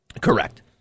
Correct